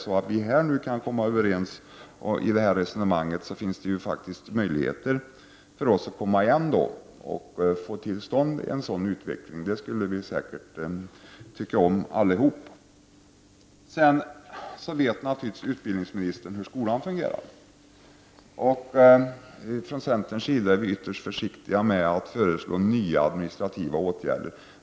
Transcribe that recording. Kan vi nu här komma överens i detta resonemang, finns det en möjlighet för oss att komma igen och få till stånd en sådan utveckling. Det skulle vi säkert tycka om allihop. Utbildningsministern vet naturligtvis hur skolan fungerar. Vi i centern är ytterst försiktiga med att föreslå nya administrativa åtgärder.